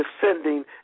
descending